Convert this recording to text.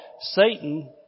Satan